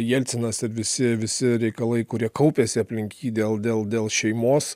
jelcinas ir visi visi reikalai kurie kaupėsi aplink jį dėl dėl dėl šeimos